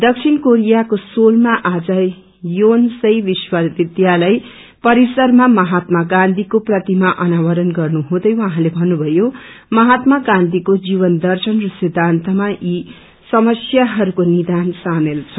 दक्षिण क्रोरियको सोलमा आज योन सेई विश्वविष्यालय परिसरमा महात्मा गान्धिजीको प्रतिमा आनवारण गर्नु हुँदै उहाँले भन्नभयो महात्मा गान्थीको जीवन दर्शन र सिद्धान्तमा यी समस्यसाहरूको निदान सामेल छ